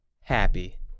happy